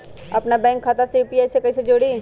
अपना बैंक खाता के यू.पी.आई से कईसे जोड़ी?